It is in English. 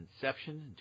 inception